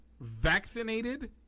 vaccinated